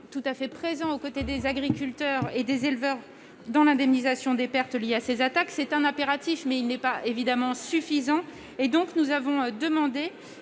tout à fait présent aux côtés des agriculteurs et des éleveurs pour l'indemnisation des pertes liées à ces attaques. C'est un impératif, mais ce n'est évidemment pas suffisant. Nous avons donc demandé,